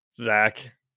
Zach